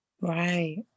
Right